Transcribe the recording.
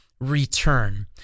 Return